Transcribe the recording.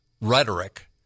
rhetoric